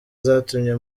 zatumye